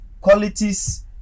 qualities